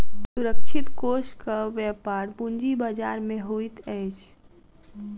सुरक्षित कोषक व्यापार पूंजी बजार में होइत अछि